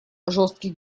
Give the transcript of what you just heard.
жестких